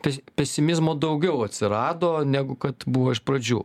tai pesimizmo daugiau atsirado negu kad buvo iš pradžių